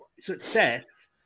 success